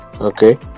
Okay